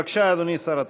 בבקשה, אדוני שר התחבורה.